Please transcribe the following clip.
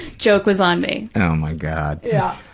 joke was on me. oh, my god. yeah.